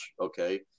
okay